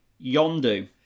Yondu